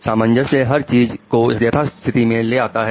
सामंजस्य हर चीज को यथास्थिति में ले आता है